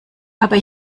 aber